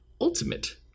Ultimate